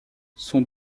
son